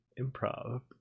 improv